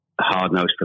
hard-nosed